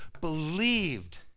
believed